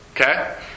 Okay